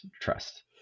trust